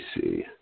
see